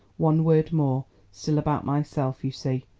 one word more still about myself, you see!